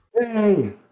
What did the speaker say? Yay